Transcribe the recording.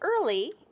early